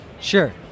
Sure